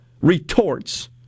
retorts